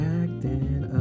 acting